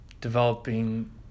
developing